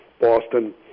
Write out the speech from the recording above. Boston